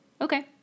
Okay